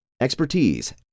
expertise